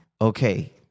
okay